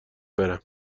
برم